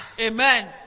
Amen